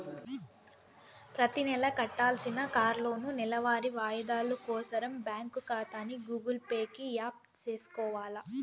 ప్రతినెలా కట్టాల్సిన కార్లోనూ, నెలవారీ వాయిదాలు కోసరం బ్యాంకు కాతాని గూగుల్ పే కి యాప్ సేసుకొవాల